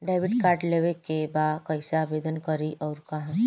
Debit card लेवे के बा कइसे आवेदन करी अउर कहाँ?